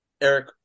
Eric